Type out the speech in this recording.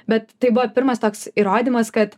bet tai buvo pirmas toks įrodymas kad